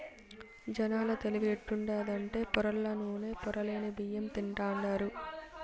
జనాల తెలివి ఎట్టుండాదంటే పొరల్ల నూనె, పొరలేని బియ్యం తింటాండారు